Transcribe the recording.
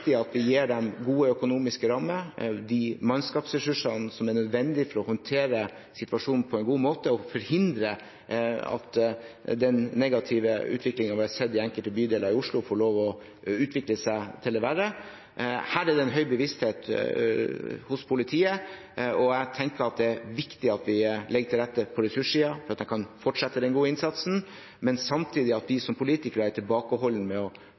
gir dem gode økonomiske rammer og de mannskapsressursene som er nødvendig for å håndtere situasjonen på en god måte og forhindre at den negative utviklingen vi har sett i enkelte bydeler i Oslo, får lov å utvikle seg til det verre. Her er det en høy bevissthet hos politiet, og jeg tenker at det er viktig at vi legger til rette på ressurssiden, slik at de kan fortsette den gode innsatsen, men samtidig at vi som politikere er tilbakeholdne med